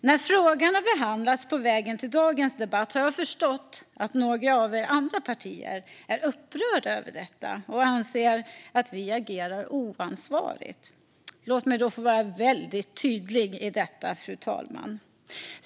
När frågan har behandlats på vägen till dagens debatt har jag förstått att några av er andra partier är upprörda över detta och anser att vi agerar oansvarigt. Låt mig då få vara väldigt tydlig, fru talman.